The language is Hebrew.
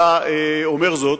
היה אומר זאת,